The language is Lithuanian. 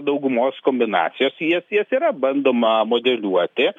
daugumos kombinacijos jas jas yra bandoma modeliuoti